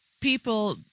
people